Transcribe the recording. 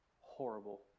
horrible